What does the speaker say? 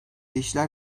işler